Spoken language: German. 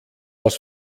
aus